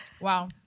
Wow